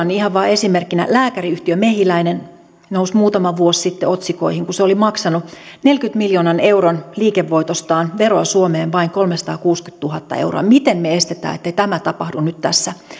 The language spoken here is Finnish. niin ihan vain esimerkkinä lääkäriyhtiö mehiläinen nousi muutama vuosi sitten otsikoihin kun se oli maksanut neljänkymmenen miljoonan euron liikevoitostaan veroa suomeen vain kolmesataakuusikymmentätuhatta euroa miten me estämme ettei tämä tapahdu nyt tässä